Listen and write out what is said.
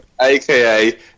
AKA